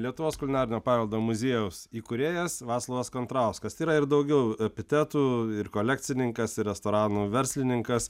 lietuvos kulinarinio paveldo muziejaus įkūrėjas vaclovas kontrauskas tai yra ir daugiau epitetų ir kolekcininkas ir restoranų verslininkas